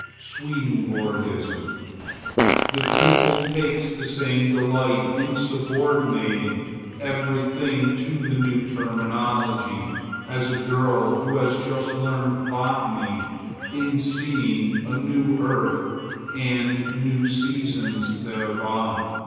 swedenborgism. the pupil takes the same delight in subordinating every thing to the new terminology as a girl who has just learned botany in seeing a new earth and new seasons thereby.